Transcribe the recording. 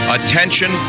Attention